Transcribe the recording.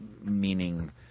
Meaning